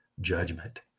judgment